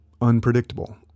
unpredictable